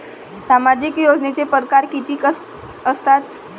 सामाजिक योजनेचे परकार कितीक असतात?